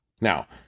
Now